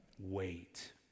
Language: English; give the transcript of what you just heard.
wait